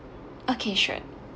okay sure